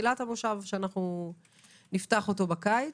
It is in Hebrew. בתחילת המושב שנפתח בקיץ,